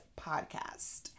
Podcast